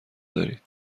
دارید